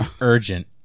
Urgent